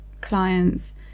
clients